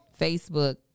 Facebook